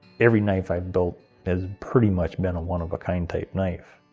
every knife i've built has pretty much been a one of a kind type knife.